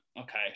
okay